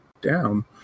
down